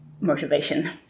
motivation